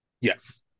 yes